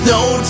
no